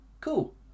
cool